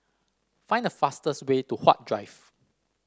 find the fastest way to Huat Drive